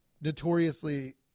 notoriously